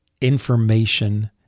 information